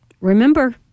Remember